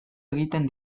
egiten